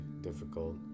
difficult